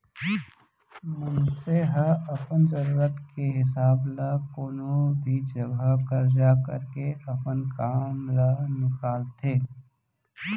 मनसे ह अपन जरूरत के हिसाब ल कोनो भी जघा करजा करके अपन काम ल निकालथे